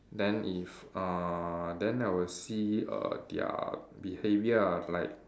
then if uh then I will see err their behaviour ah like